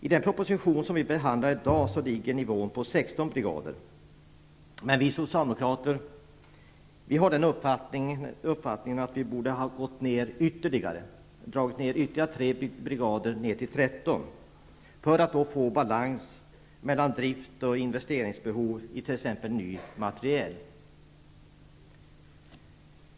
I den proposition som vi behandlar i dag föreslås minskning till 16 brigader, men vi socialdemokrater har den uppfattningen att nivån borde dras ned till 13 brigader, för att få balans mellan driften och behovet av investeringar i t.ex. ny materiel.